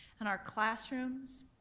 and our classrooms.